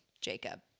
Jacob